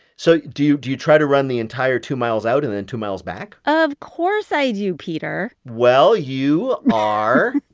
so do do you try to run the entire two miles out and then two miles back? of course i do, peter well, you are.